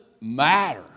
matter